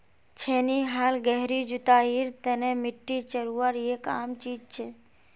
छेनी हाल गहरी जुताईर तने मिट्टी चीरवार एक आम चीज छे